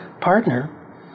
partner